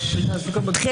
תודה.